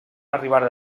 arribar